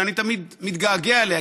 שאני תמיד מתגעגע אליה,